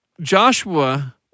Joshua